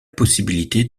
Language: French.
possibilité